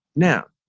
now,